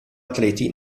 atleti